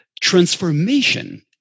transformation